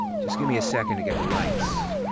just give me a second to get the lights.